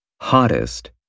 Hottest